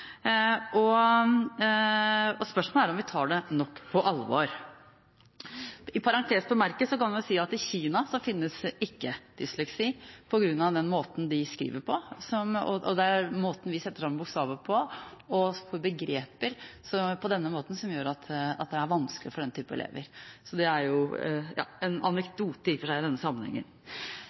og spørsmålet er om vi tar det nok på alvor. I parentes bemerket finnes ikke dysleksi i Kina. Det er på grunn av den måten de skriver på. Det er måten vi setter sammen bokstaver og begreper på, som gjør at det er vanskelig for den type elever. Det er en anekdote, i og for seg, i denne sammenhengen.